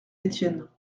étienne